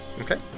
Okay